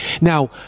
Now